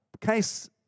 case